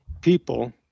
people